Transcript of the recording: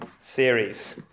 series